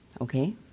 Okay